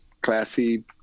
classy